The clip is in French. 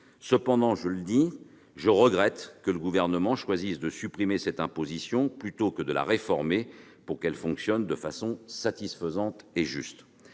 Cependant, je regrette que le Gouvernement choisisse de supprimer cette imposition plutôt que de la réformer pour qu'elle fonctionne de façon satisfaisante et juste.